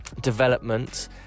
development